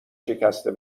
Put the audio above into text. شکسته